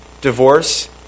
Divorce